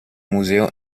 museo